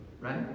right